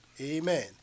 Amen